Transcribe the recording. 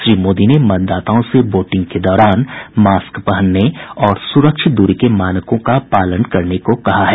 श्री मोदी ने मतदाताओं से वोटिंग के दौरान मास्क पहनने और सुरक्षित दूरी के मानकों का पालन करने को कहा है